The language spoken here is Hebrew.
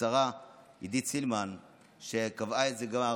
לשרה עידית סילמן שקבעה את זה כבר